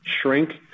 shrink